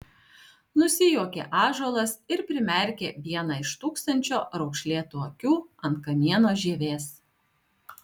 nusijuokė ąžuolas ir primerkė vieną iš tūkstančio raukšlėtų akių ant kamieno žievės